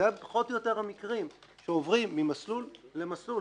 אלו פחות או יותר המקרים שעוברים ממסלול למסלול,